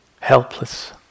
helpless